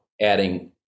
adding